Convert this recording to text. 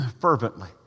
fervently